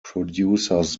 producers